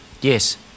yes